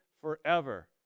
forever